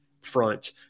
front